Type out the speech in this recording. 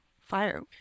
fire